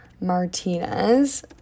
Martinez